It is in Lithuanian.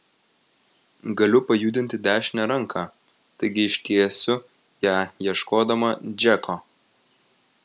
galiu pajudinti dešinę ranką taigi ištiesiu ją ieškodama džeko